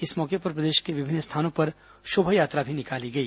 इस मौके पर प्रदेश के विभिन्न स्थानों पर शोभायात्रा भी निकाली गई